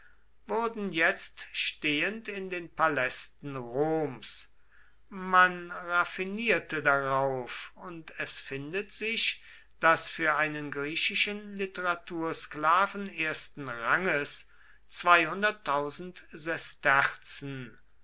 wurden jetzt stehend in den palästen roms man raffinierte darauf und es findet sich daß für einen griechischen literatursklaven ersten ranges